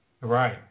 Right